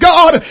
God